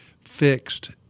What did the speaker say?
fixed